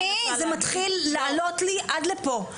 אני זה מתחיל לעלות לי עד לפה,